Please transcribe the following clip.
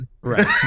Right